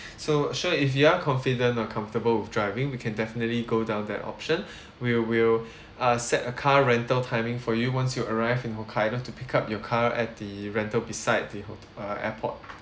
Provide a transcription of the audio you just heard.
so sure if you're confident or comfortable with driving we can definitely go down that option we'll we'll uh set a car rental timing for you once you arrive in hokkaido to pick up your car at the rental beside the ho~ uh airport